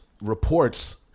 reports